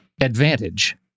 advantage